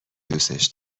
دوسش